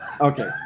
Okay